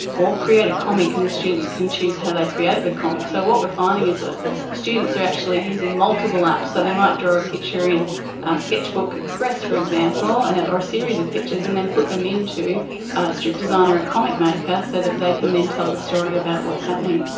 or create a comic, and the students can choose how they create their comic. so what we're finding is that students are actually using multiple apps. so they might draw a picture in sketchbook express, for example, and or a series of pictures, and then put them into strip designer, a comic maker, so that they can then tell the story about what's happening.